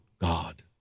God